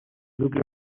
núcleo